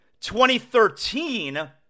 2013